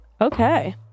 Okay